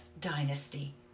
dynasty